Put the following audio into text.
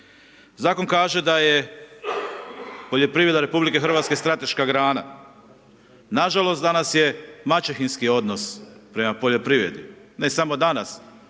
Zakon kaže da je poljoprivreda RH strateška grana, nažalost danas je maćehinski odnos prema poljoprivredi, ne samo danas,